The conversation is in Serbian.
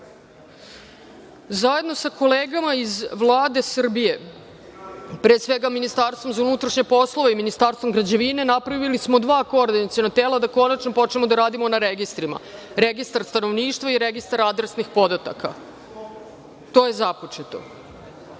sa kolegama iz Vlade Srbije, pre svega Ministarstvom za unutrašnje poslove i Ministarstvom građevine, napravili smo dva koordinaciona tela da konačno počnemo da radimo na registrima, registar stanovništva i registar adresnih podataka, to je započeto. Sve